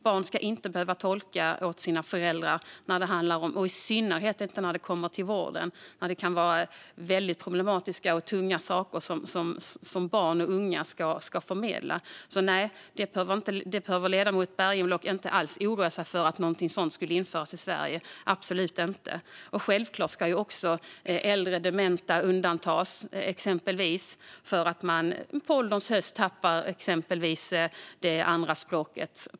Barn ska inte behöva tolka åt sina föräldrar, i synnerhet inte när det gäller vården, då det kan vara väldigt problematiska och tunga saker som barn och unga ska förmedla. Ledamoten Bergenblock behöver inte alls oroa sig för att någonting sådant skulle införas i Sverige - absolut inte. Självklart ska äldre och dementa undantas. De kan på ålderns höst tappa kunskapen i det andra språket.